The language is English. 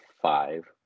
five